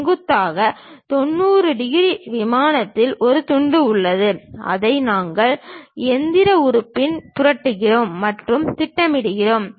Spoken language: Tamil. செங்குத்தாக 90 டிகிரி விமானத்தில் ஒரு துண்டு உள்ளது அதை நாங்கள் இயந்திர உறுப்பில் புரட்டுகிறோம் மற்றும் திட்டமிடுகிறோம்